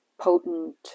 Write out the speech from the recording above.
potent